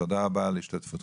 תודה רבה על השתתפותכם.